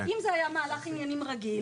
אם זה היה מהלך עניינים רגיל,